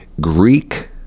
greek